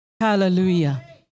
Hallelujah